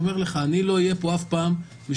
אני אומר לך: אני לא אהיה פה אף פעם בשביל